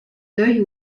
deuil